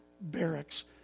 barracks